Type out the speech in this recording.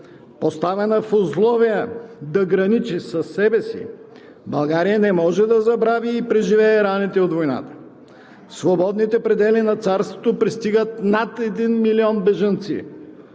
Поставена в условия да граничи със себе си, България не може да забрави и преживее раните от войната. В свободните предели на царството пристигат над един милион бежанци